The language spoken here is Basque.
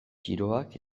txiroak